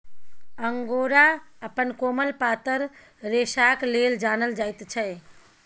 angora अपन कोमल पातर रेशाक लेल जानल जाइत छै